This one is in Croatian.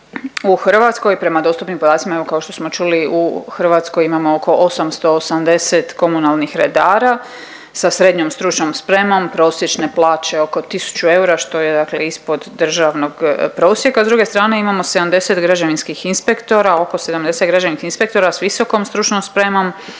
u Hrvatskoj, prema dostupnim podacima, evo kao što smo čuli, u Hrvatskoj imamo oko 880 komunalnih redara sa SSS prosječne plaće oko 1000 eura, što je dakle ispod državnog prosjeka. S druge strane, imamo 70 građevinskih inspektora, oko 70 građevinskih inspektora s VSS, više od